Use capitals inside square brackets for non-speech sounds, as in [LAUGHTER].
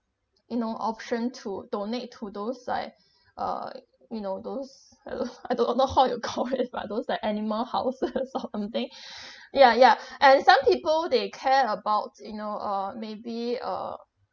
you know option to donate to those like uh you know those I don't I don't know how you call it [LAUGHS] like those the animal house that sort of thing [BREATH] ya ya and some people they care about you know uh maybe uh